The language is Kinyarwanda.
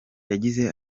yagize